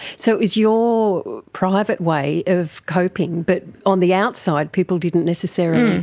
so it's your private way of coping but on the outside people didn't necessarily